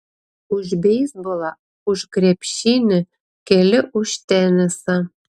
už beisbolą už krepšinį keli už tenisą